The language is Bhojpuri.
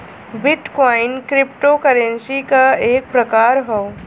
बिट कॉइन क्रिप्टो करेंसी क एक प्रकार हौ